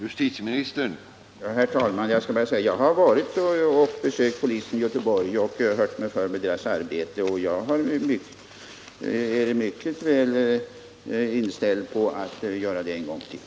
Herr talman! Jag vill bara säga att jag har varit och besökt polisen i Göteborg och hört mig för om dess arbete, och jag är mycket väl inställd på att göra det en gång till.